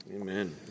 Amen